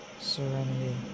serenity